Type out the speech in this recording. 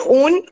own